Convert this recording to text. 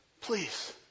Please